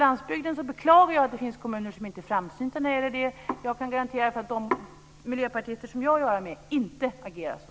Jag beklagar att det finns kommuner som inte är framsynta när det gäller byggande på landsbygden. Jag kan garantera att de miljöpartister som jag har att göra med inte agerar så.